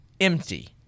empty